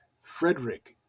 Frederick